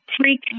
Freak